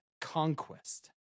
Conquest